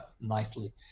nicely